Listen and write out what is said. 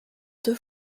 deux